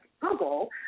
Google